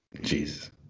Jesus